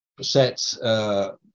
set